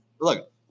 look